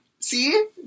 See